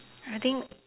I think